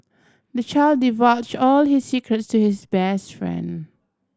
the child divulged all his secrets to his best friend